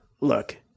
Look